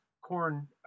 corn